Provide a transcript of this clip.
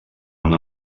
una